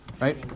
Right